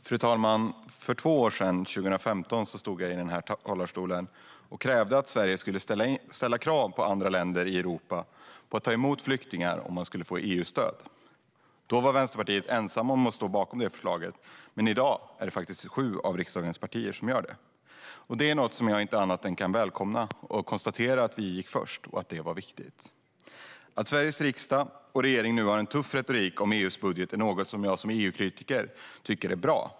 Fru talman! För två år sedan, 2015, stod jag här i talarstolen och krävde att Sverige skulle ställa krav på de andra länderna i Europa att ta emot flyktingar om man skulle få EU-stöd. Då var Vänsterpartiet ensamt om att stå bakom det förslaget, men i dag är det faktiskt sju av riksdagens partier som gör det. Det kan inte jag annat än välkomna och konstatera att vi gick först och att det var viktigt. Att Sveriges riksdag och regering nu har en tuff retorik om EU:s budget är något som jag som EU-kritiker tycker är bra.